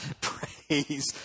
Praise